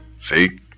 see